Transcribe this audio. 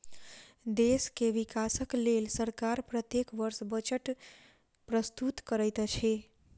देश के विकासक लेल सरकार प्रत्येक वर्ष बजट प्रस्तुत करैत अछि